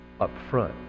upfront